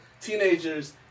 teenagers